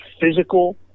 physical